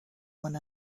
one